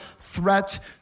threat